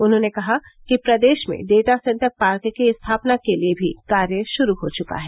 उन्होंने कहा कि प्रदेश में डेटा सेंटर पार्क की स्थापना के लिये भी कार्य शुरू हो चुका है